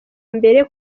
mbere